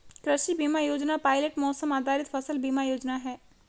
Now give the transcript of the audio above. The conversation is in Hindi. कृषि बीमा योजना पायलट मौसम आधारित फसल बीमा योजना है